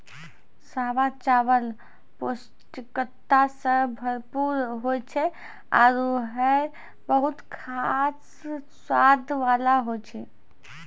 सावा चावल पौष्टिकता सें भरपूर होय छै आरु हय बहुत खास स्वाद वाला होय छै